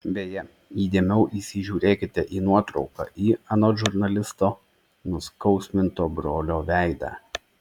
beje įdėmiau įsižiūrėkite į nuotrauką į anot žurnalisto nuskausminto brolio veidą